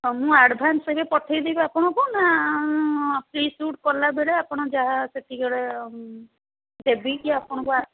ହଁ ମୁଁ ଆଡ଼ଭାନ୍ସ୍ ଏବେ ପଠାଇଦେବି ଆପଣଙ୍କୁ ନା ପ୍ରି ସୁଟ୍ କଲାବେଳେ ଆପଣ ଯାହା ସେତିକି ବେଳେ ଦେବି କି ଆପଣଙ୍କୁ